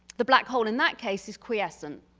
the black hole in that case is crescent.